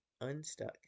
unstuck